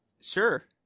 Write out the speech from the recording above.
Sure